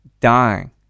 dying